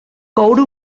coure